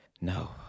no